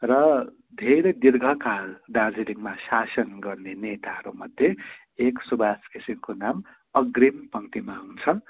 र धेरै दीर्घकाल दार्जिलिङमा शासन गर्ने नेताहरूमध्ये एक सुबास घिसिङको नाम अग्रिम पङ्क्तिमा हुन्छ